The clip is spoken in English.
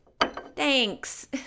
Thanks